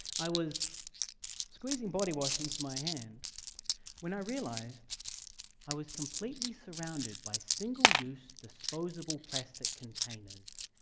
i was squeezing body wash into my hand when i realized i was completely surrounded by single-use, disposable plastic containers.